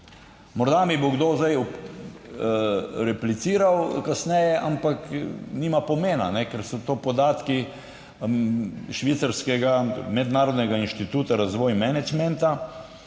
Morda mi bo kdo zdaj repliciral, kasneje, ampak nima pomena, ker so to podatki švicarskega mednarodnega inštituta razvoj menedžmenta